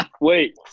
Wait